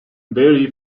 vary